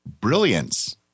brilliance